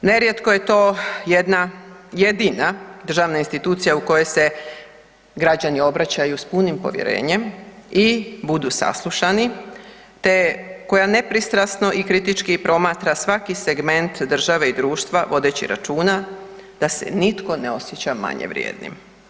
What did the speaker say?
Nerijetko je to jedna jedina državna institucija u kojoj se građani obraćaju s punim povjerenjem i budu saslušani, te koja nepristrano i kritički promatra svaki segment države i društva vodeći računa da se nitko ne osjeća manje vrijednim.